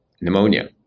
pneumonia